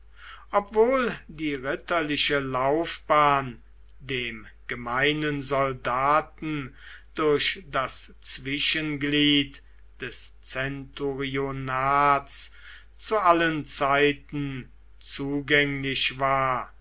obwohl die ritterliche laufbahn dem gemeinen soldaten durch das zwischenglied des centurionats zu allen zeiten zugänglich war